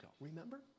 Remember